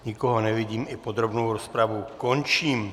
Nikoho nevidím, i podrobnou rozpravu končím.